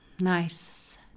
Nice